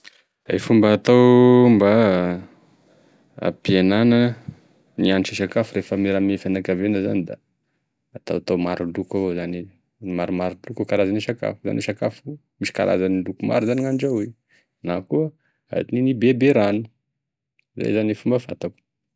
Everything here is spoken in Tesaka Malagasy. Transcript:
E fomba hatao mba hampihenana gne hagnitrin'e sakafo rehefa miaraka ame fianakavia zany da hataotao maro loko evao zany izy, maromaro loko avao karazan'e sakafo, izany hoe sakafo misy karazany loko maro gn'handrahoy na koa hany beberano, izay zany e fomba fantako.